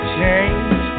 change